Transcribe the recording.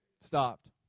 stopped